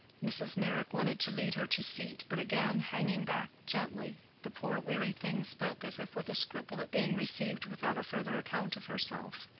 mrs. meyrick wanted to lead her to seat, but again hanging back gently, the poor weary thing spoke as if with a scruple at being received without a further account of herself.